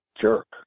jerk